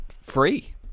free